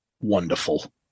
Wonderful